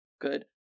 good